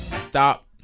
stop